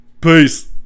Peace